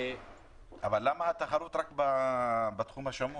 אבל למה התחרות רק בתחום השמור?